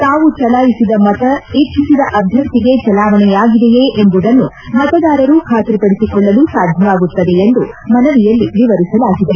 ತಾವು ಚಲಾಯಿಸಿದ ಮತ ಇಚ್ವಿಸಿದ ಅಭ್ವರ್ಥಿಗೇ ಚಲಾವಣೆಯಾಗಿದೆಯೇ ಎಂಬುದನ್ನು ಮತದಾರರೂ ಖಾತ್ರಿ ಪಡಿಸಿಕೊಳ್ಳಲು ಸಾಧ್ಯವಾಗುತ್ತದೆ ಎಂದು ಮನವಿಯಲ್ಲಿ ವಿವರಿಸಲಾಗಿದೆ